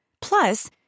Plus